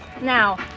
now